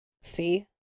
see